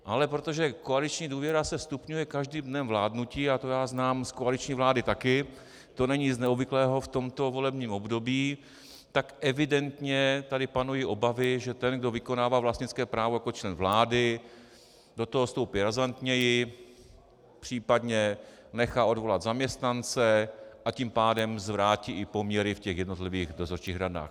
Ale protože koaliční důvěra se stupňuje každým dnem vládnutí, a to já znám z koaliční vlády taky, to není nic neobvyklého v tomto volebním období, tak tady evidentně panují obavy, že ten, kdo vykonává vlastnické právo jako člen vlády, do toho vstoupí razantněji, případně nechá odvolat zaměstnance, a tím pádem zvrátí i poměry v jednotlivých dozorčích radách.